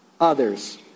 others